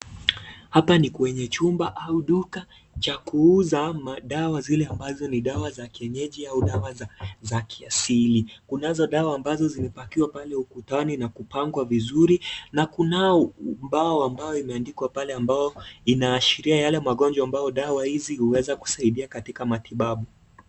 Hapa ni kwenye chumba au duka cha kuuza madawa zile ambazo ni dawa za kienyeji au dawa za kiasili. Kunazo dawa ambazo zimepakiwa pale ukutani na kupangwa vizuri na kunao ubao ambao imeandikwa pale ambao inaashiria yale magonjwa ambayo dawa hizi huweza kusaidia katika matibabu.